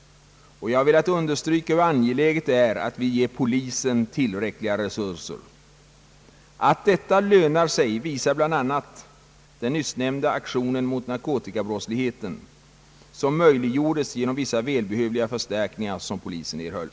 — och velat understryka hur angeläget det är att vi ger polisen tillräckliga resurser. Att detta lönar sig visar bl.a. den nyssnämnda aktionen mot narkotikabrottsligheten, som möjliggjordes genom vissa välbehövliga förstärkningar, som polisen erhöll.